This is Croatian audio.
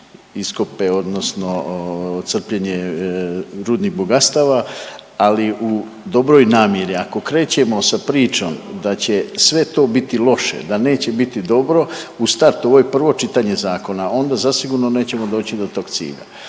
iskope, odnosno crpljenje rudnih bogatstava, ali u dobroj namjeri ako krećemo sa pričom da će sve to biti loše, da neće biti dobro u startu ovo je prvo čitanje zakona, onda zasigurno nećemo doći do tog cilja.